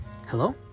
Hello